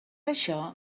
això